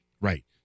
Right